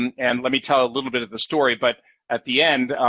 and and let me tell a little bit of the story, but at the end,